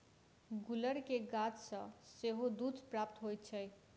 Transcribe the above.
गुलर के गाछ सॅ सेहो दूध प्राप्त होइत छै